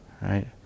right